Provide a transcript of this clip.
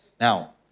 Now